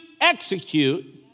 execute